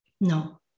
no